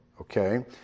Okay